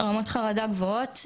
רמות חרדה גבוהות,